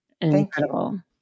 incredible